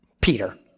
Peter